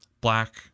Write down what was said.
Black